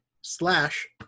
slash